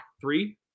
three